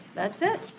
that's it,